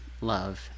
love